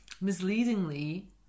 misleadingly